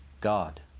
God